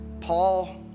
Paul